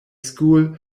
school